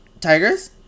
Tigers